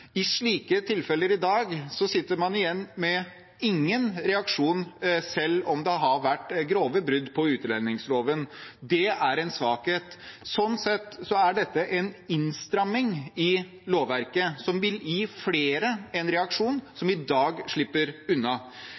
I slike tilfeller i dag sitter man igjen med ingen reaksjon, selv om det har vært grove brudd på utlendingsloven. Det er en svakhet. Slik sett er dette en innstramming i lovverket som vil gi flere som i dag slipper unna,